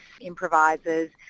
improvisers